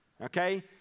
okay